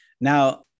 Now